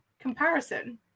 comparison